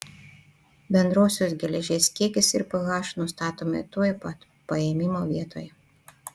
bendrosios geležies kiekis ir ph nustatomi tuoj pat paėmimo vietoje